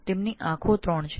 તેઓ ત્રણ આંખો ધરાવે છે